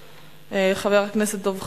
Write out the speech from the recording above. חבר הכנסת דב חנין,